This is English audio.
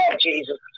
Jesus